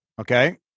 Okay